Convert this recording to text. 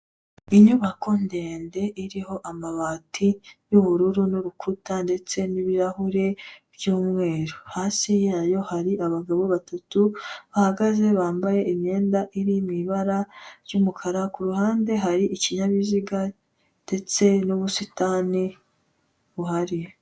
Inyubako ndende iriho amabati y'ubururu n'urukuta ndetse n'ibirahure by'umweru. Hasi yayo hari abagabo batatu bahagaze bambaye imyenda iri mu ibara ry'umukara. Ku ruhande hari ikinyabiziga ndetse n'ubusitani buhari.